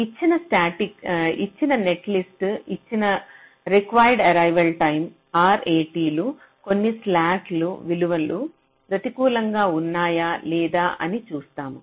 ఇచ్చిన నెట్లిస్ట్ ఇచ్చిన required arrival time RAT లు కొన్ని స్లాక్ విలువలు ప్రతికూలంగా ఉన్నాయా లేదా అని చూస్తాము